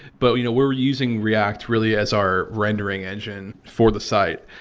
but, you know, we're using react really as our rendering engine for the site.